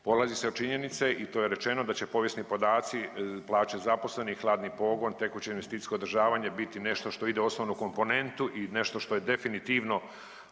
Polazi se od činjenice i to je rečeno da će povijesni podaci, plaće zaposlenih, hladni pogon, tekuće investicijsko održavanje biti nešto što ide u osnovnu komponentu i nešto što je definitivno